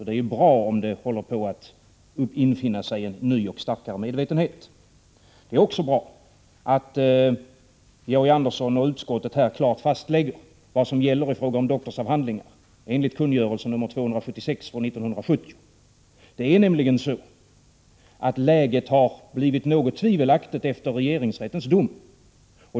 Det är därför bra om det nu håller på att infinna sig en större medvetenhet. Det är också bra att Georg Andersson och utskottet klart lägger fast vad som gäller i fråga om doktorsavhandlingar enligt kungörelsen nr 276 år 1970. Det är nämligen så att läget har blivit något tvivelaktigt efter regeringsrättens dom.